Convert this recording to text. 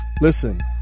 Listen